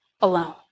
alone